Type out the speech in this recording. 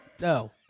No